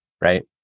right